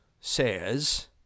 says